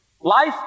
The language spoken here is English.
Life